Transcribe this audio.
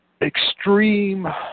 extreme